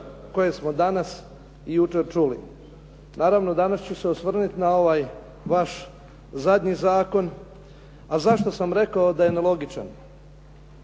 koje smo danas i jučer čuli. Naravno, danas ću se osvrnuti na ovaj vaš zadnji zakon. A zašto sam rekao da je nelogičan?